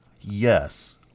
Yes